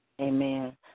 Amen